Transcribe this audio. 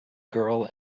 girl